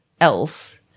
else